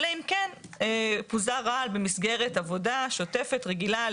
אלא אם כן פוזר רעל במסגרת עבודה שוטפת, רגילה,